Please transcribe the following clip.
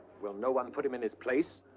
will no one put him in his place?